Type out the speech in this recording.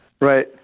Right